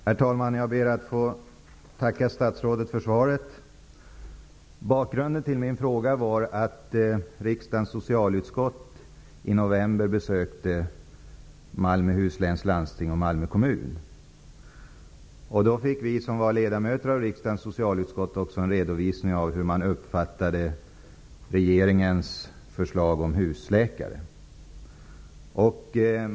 Herr talman! Jag ber att få tacka statsrådet för svaret. Bakgrunden till min fråga var att riksdagens socialutskott i november besökte Malmöhus läns landsting och Malmö kommun. Då fick vi ledamöter av socialutskottet en redovisning av hur man uppfattade regeringens förslag om husläkare.